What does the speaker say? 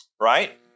right